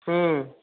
ம்